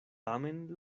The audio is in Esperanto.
tamen